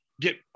get